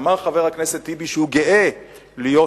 אמר חבר הכנסת טיבי שהוא גאה להיות,